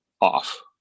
off